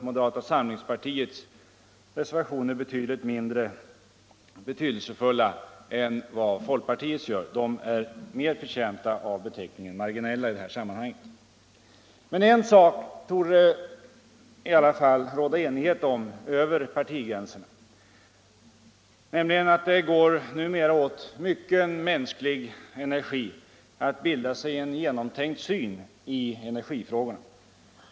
Moderata samlingspartiets reservationer är mer förtjänta av beteckningen marginella. En sak borde det i alla fall råda enighet om över partigränserna, nämligen att det numera går åt mycken mänsklig energi för att bilda sig en genomtänkt syn på energifrågorna.